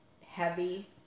heavy